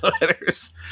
letters